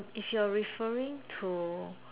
if you are referring to